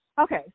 Okay